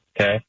Okay